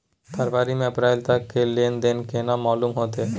फरवरी से अप्रैल तक के लेन देन केना मालूम होते?